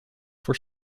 for